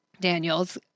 Daniels